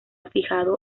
fijado